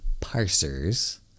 parsers